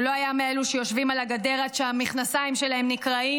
הוא לא היה מאלו שיושבים על הגדר עד שהמכנסיים שלהם נקרעים,